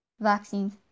Vaccines